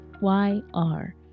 Y-R